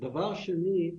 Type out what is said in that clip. דבר שני,